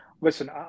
Listen